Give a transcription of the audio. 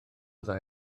ddau